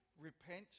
repent